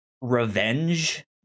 Revenge